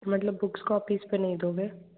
मतलब books copies पर नहीं दोगे